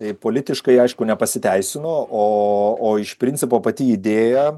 tai politiškai aišku nepasiteisino o o iš principo pati idėja